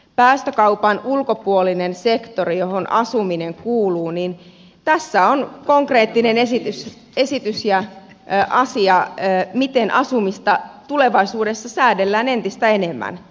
päästökaupan ulkopuolisella sektorilla johon asuminen kuuluu tässä on konkreettinen esitys ja asia miten asumista tulevaisuudessa säädellään entistä enemmän